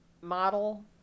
model